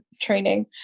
training